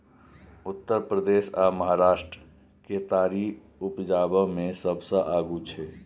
उत्तर प्रदेश आ महाराष्ट्र केतारी उपजाबै मे सबसे आगू छै